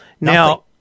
Now